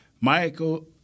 Michael